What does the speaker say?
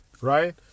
Right